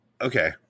Okay